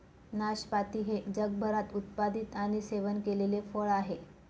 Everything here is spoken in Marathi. नाशपाती हे जगभरात उत्पादित आणि सेवन केलेले फळ आहे